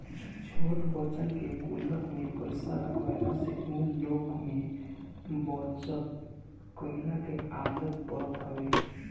छोट बच्चन के गुल्लक में पईसा रखवला से उ लोग में बचत कइला के आदत पड़त हवे